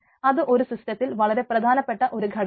അത് ഒരു സിസ്റ്റത്തിൽ വളരെ പ്രധാനപ്പെട്ട ഒരു ഘടകമാണ്